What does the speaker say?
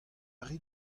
rit